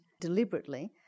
deliberately